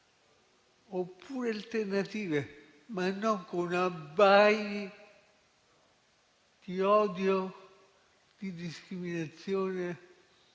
oppure alternative, ma non con abbai di odio, di discriminazione